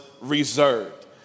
reserved